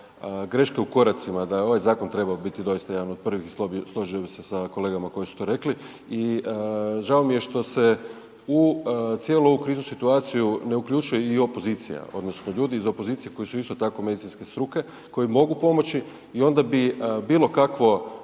greške u koracima, da je ovaj zakon trebao biti doista jedan od prvih, složio bih se sa kolegama koji su to rekli i žao mi je što se u cijelu ovu kriznu situaciju ne uključuje i opozicija, odnosno ljudi iz opozicije koji su, isto tako, medicinske struke koji mogu pomoći i onda bi bilo kakvo